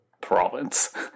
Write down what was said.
province